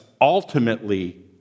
ultimately